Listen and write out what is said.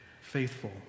faithful